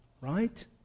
right